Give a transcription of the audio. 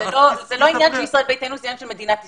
זה לא עניין של ישראל ביתנו אלא זה עניין של מדינת ישראל.